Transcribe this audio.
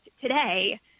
today